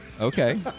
okay